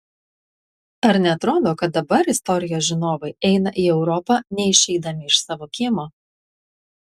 ar neatrodo kad dabar istorijos žinovai eina į europą neišeidami iš savo kiemo